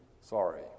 sorry